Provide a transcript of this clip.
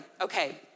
Okay